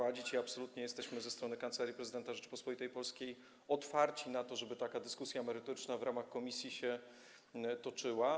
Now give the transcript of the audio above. Absolutnie jesteśmy, jako Kancelaria Prezydenta Rzeczypospolitej Polskiej, otwarci na to, żeby taka dyskusja merytoryczna w ramach komisji się toczyła.